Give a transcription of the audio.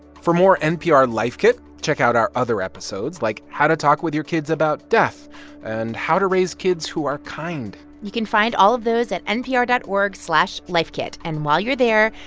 for more npr life kit, check out our other episodes, like how to talk with your kids about death and how to raise kids who are kind you can find all of those at npr dot org slash lifekit. and while you're there,